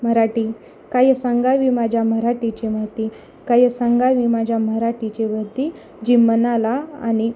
मराठी काय सांगावी माझ्या मराठीची महती काय सांगावी माझ्या मराठीची महती जी मनाला आणि